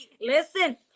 Listen